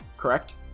correct